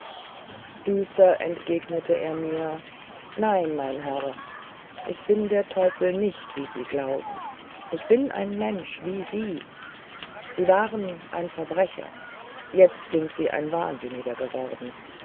düster entgegnete er mir nein mein herr ich bin der teufel nicht wie sie glauben ich bin ein mensch wie sie sie waren ein verbrecher jetzt sind sie ein wahnsinniger geworden